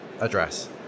address